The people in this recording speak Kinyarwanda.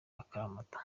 akaramata